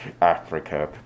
Africa